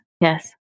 yes